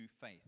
faith